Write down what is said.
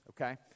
okay